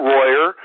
Royer